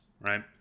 right